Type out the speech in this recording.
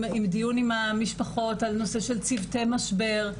דיון עם המשפחות על נושא של צוותי משבר,